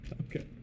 Okay